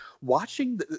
watching